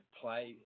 play